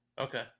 okay